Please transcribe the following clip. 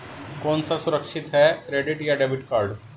कौन सा सुरक्षित है क्रेडिट या डेबिट कार्ड?